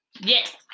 Yes